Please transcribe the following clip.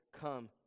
come